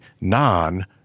non